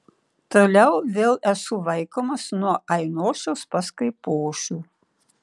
toliau vėl esu vaikomas nuo ainošiaus pas kaipošių